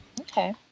Okay